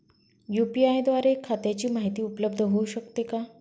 UPI द्वारे खात्याची माहिती उपलब्ध होऊ शकते का?